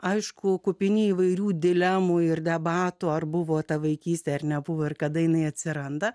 aišku kupini įvairių dilemų ir debatų ar buvo ta vaikystė ar nebuvo ir kada jinai atsiranda